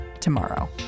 tomorrow